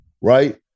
right